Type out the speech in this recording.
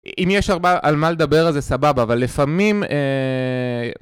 אם יש ארבע... על מה לדבר, אז זה סבבה, אבל לפעמים, אה...